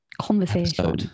conversation